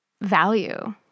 value